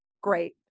great